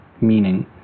meaning